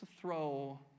throw